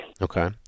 Okay